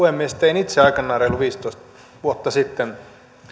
puhemies tein itse aikanaan reilu viisitoista vuotta sitten